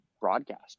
broadcast